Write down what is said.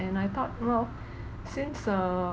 and I thought you know since err